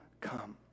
come